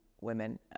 women